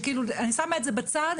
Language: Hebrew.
ואני שמה את זה בצד,